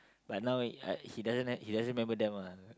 but now I he doesn't he doesn't remember them ah